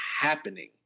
happening